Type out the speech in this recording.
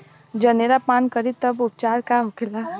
जनेरा पान करी तब उपचार का होखेला?